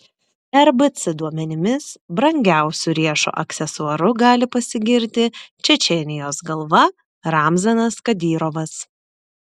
rbc duomenimis brangiausiu riešo aksesuaru gali pasigirti čečėnijos galva ramzanas kadyrovas